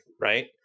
Right